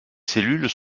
cellules